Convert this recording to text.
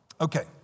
Okay